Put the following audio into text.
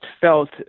felt